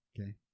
Okay